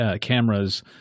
cameras